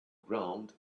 ground